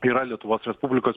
yra lietuvos respublikos